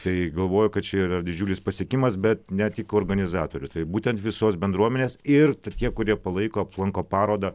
tai galvoju kad čia yra didžiulis pasiekimas bet ne tik organizatorių taip būtent visos bendruomenės ir tie kurie palaiko aplanko parodą